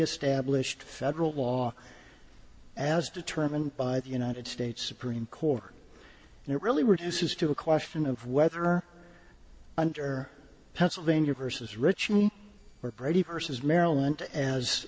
established federal law as determined by the united states supreme court and it really reduces to a question of whether or under pennsylvania versus richmond or brady versus maryland as